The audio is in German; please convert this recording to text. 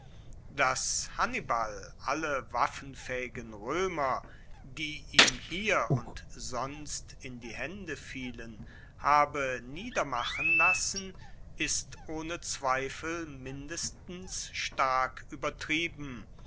dass hannibal alle waffenfaehigen roemer die ihm hier und sonst in die haende fielen habe niedermachen lassen ist ohne zweifel mindestens stark uebertrieben